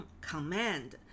command